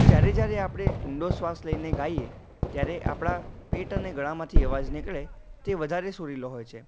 જ્યારે જ્યારે આપડે ઊંડો શ્વાસ લઈને ગાઈએ ત્યારે આપણાં પેટ અને ગળામાંથી અવાજ નીકળે તે વધારે સુરીલો હોય છે